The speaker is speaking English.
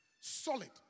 Solid